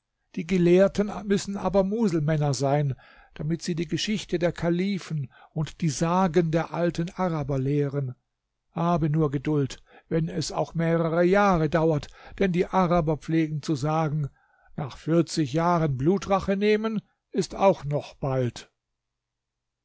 die gelehrten müssen aber muselmänner sein damit sie die geschichte der kalifen und die sagen der alten araber lehren habe nur geduld wenn es auch mehrere jahre dauert denn die araber pflegen zu sagen nach vierzig jahren blutrache nehmen ist auch noch bald